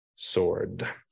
sword